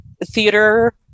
theater